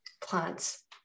plants